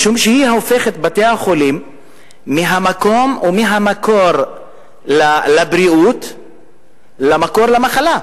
משום שהיא הופכת את בתי-החולים מהמקום ומהמקור לבריאות למקור למחלה.